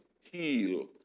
Heal